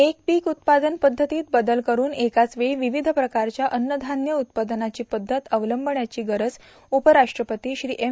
एक पीक उत्पादन पदद्धतीत बदल करून एकाच वेळी विविध प्रकारच्या अन्नधान्य उत्पादनाची पद्धत अवलंबण्याची गरज उपराष्ट्रपती श्री एम